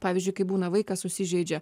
pavyzdžiui kai būna vaikas susižeidžia